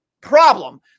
problem